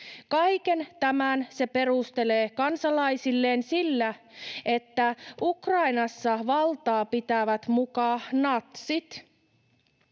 Kaiken tämän se perustelee kansalaisilleen sillä, että Ukrainassa valtaa pitävät muka natsit.